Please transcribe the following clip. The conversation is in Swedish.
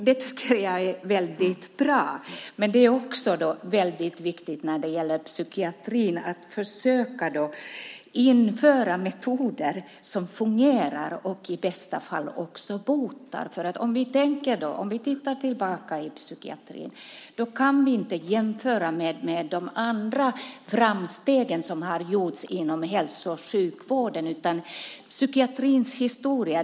Det tycker jag är väldigt bra. Men det är också väldigt viktigt, när det gäller psykiatrin, att försöka införa metoder som fungerar och i bästa fall också botar. Vi kan titta tillbaka på psykiatrin. Då kan vi inte jämföra med de andra framstegen som har gjorts inom hälso och sjukvården.